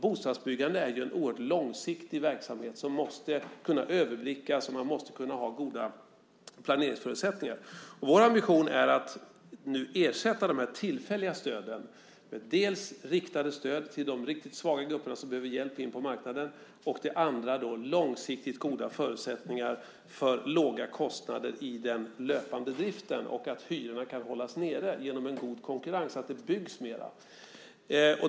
Bostadsbyggande är ju en oerhört långsiktig verksamhet som måste kunna överblickas, och man måste ha goda planeringsförutsättningar. Vår ambition är att nu ersätta de tillfälliga stöden med riktade stöd till de riktigt svaga grupper som behöver hjälp in på marknaden. Det andra är långsiktigt goda förutsättningar för låga kostnader i den löpande driften och att hyrorna kan hållas nere genom en god konkurrens så att det byggs mer.